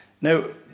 Now